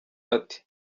ati